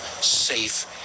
safe